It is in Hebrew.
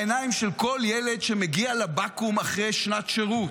בעיניים של כל ילד שמגיע לבקו"ם אחרי שנת שירות.